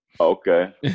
okay